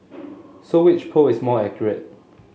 so which poll is more accurate